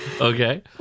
okay